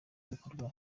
bikorwa